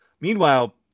meanwhile